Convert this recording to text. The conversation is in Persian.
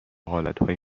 حالتهای